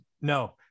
No